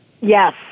Yes